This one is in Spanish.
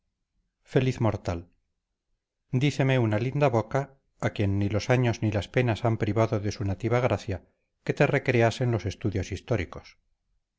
feliz mortal díceme una linda boca a quien ni los años ni las penas han privado de su nativa gracia que te recreas en los estudios históricos